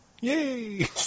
Yay